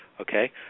Okay